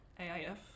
AIF